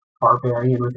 barbarian